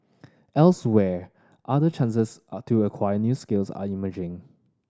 elsewhere other chances are to acquire new skills are emerging